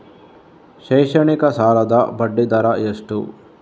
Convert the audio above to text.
ಶೈಕ್ಷಣಿಕ ಸಾಲದ ಬಡ್ಡಿ ದರ ಎಷ್ಟು?